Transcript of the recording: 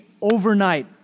overnight